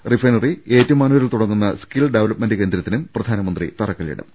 refinery ഏറ്റുമാനൂരിൽ തുടങ്ങുന്ന skill development കേന്ദ്രത്തിനും പ്രധാനമന്ത്രി തറക്കല്ലിടും